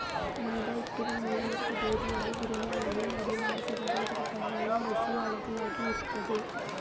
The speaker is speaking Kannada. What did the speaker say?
ಮೈದಾ ಹಿಟ್ಟಿನ ಮೂಲ ವಸ್ತು ಗೋಧಿಯನ್ನು ಗಿರಣಿಗಳಲ್ಲಿ ಹುಡಿಮಾಡಿಸಿದಾಗ ಇದರ ಬಣ್ಣವು ನಸುಹಳದಿಯಾಗಿ ಇರ್ತದೆ